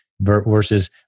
versus